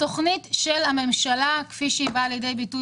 התכונית של הממשלה כפי שהיא באה לידי ביטוי